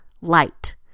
light